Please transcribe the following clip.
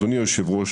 אדוני היושב-ראש,